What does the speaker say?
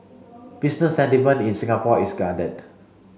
business sentiment in Singapore is guarded